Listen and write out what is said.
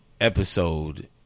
episode